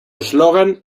eslogan